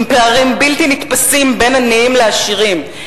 עם פערים בלתי נתפסים בין עניים לעשירים,